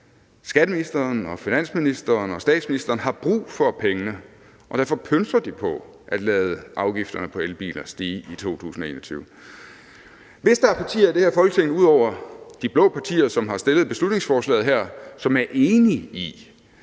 Skatteministeren, finansministeren og statsministeren har brug for pengene, og derfor pønser de på at lade afgifterne på elbiler stige i 2021. Hvis der er partier i det her Folketing – ud over de blå partier, som har fremsat beslutningsforslaget her – som er enige i,